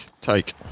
take